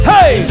Hey